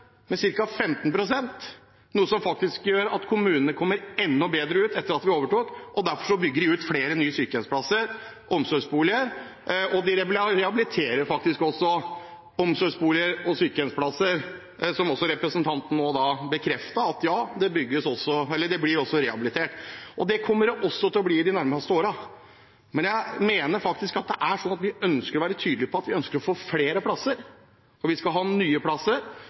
overtok. Derfor bygger de ut flere nye sykehjemsplasser og omsorgsboliger, og de rehabiliterer omsorgsboliger og sykehjemsplasser. Som representanten nå bekreftet, ja, det blir også rehabilitert. Det kommer det også til å bli i de nærmeste årene. Men vi ønsker å være tydelige på at vi ønsker å få flere plasser. Vi skal ha nye, moderne og flotte plasser.